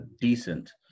decent